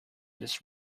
this